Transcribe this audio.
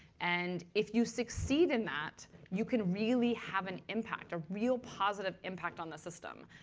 and if you succeed in that, you can really have an impact, a real positive impact on the system.